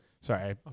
Sorry